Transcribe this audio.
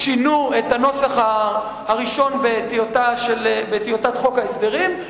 שינו את הנוסח הראשון בטיוטת חוק ההסדרים,